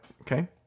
Okay